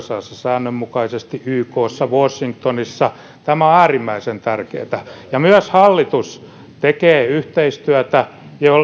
säännönmukaisesti usassa ykssa washingtonissa tämä on äärimmäisen tärkeätä ja myös hallitus tekee yhteistyötä